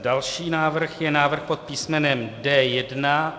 Další návrh je návrh pod písmenem D1.